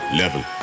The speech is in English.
level